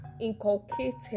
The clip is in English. inculcated